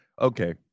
Okay